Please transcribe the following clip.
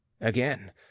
Again